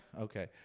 Okay